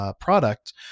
Product